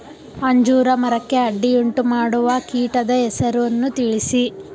ಅಂಜೂರ ಮರಕ್ಕೆ ಅಡ್ಡಿಯುಂಟುಮಾಡುವ ಕೀಟದ ಹೆಸರನ್ನು ತಿಳಿಸಿ?